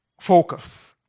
focus